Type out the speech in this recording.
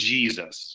Jesus